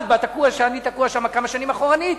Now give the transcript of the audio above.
אני תקוע שם כבר כמה שנים, אחורנית.